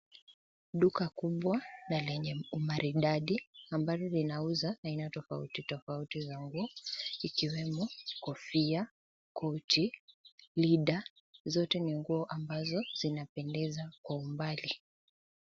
Duka kubwa na lenye umaridadi ambalo linauza aina tofauti tofauti za nguo ikiwemo kofia, koti, rinda; zote ni nguo ambazo zinapendeza kwa umbali.